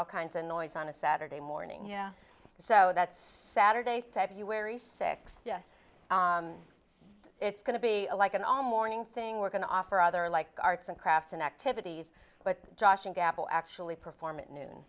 all kinds of noise on a saturday morning yeah so that's saturday february sixth yes it's going to be like an all morning thing we're going to offer other like arts and crafts and activities but josh and gabble actually perform at noon